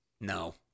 No